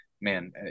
man